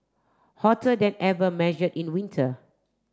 hotter than ever measured in winter